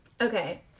Okay